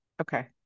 Okay